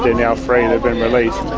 now free, they've been released.